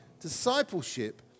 discipleship